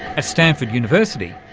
ah stanford university,